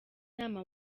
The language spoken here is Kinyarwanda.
nama